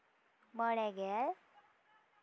ᱢᱚᱬᱮ ᱜᱮᱞ